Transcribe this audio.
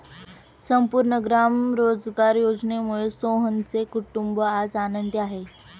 संपूर्ण ग्राम रोजगार योजनेमुळे सोहनचे कुटुंब आज आनंदी आहे